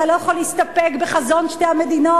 אתה לא יכול להסתפק בחזון שתי המדינות,